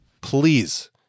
please